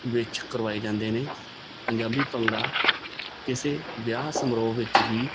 ਵਿੱਚ ਕਰਵਾਏ ਜਾਂਦੇ ਨੇ ਪੰਜਾਬੀ ਭੰਗੜਾ ਕਿਸੇ ਵਿਆਹ ਸਮਾਰੋਹ ਵਿੱਚ ਵੀ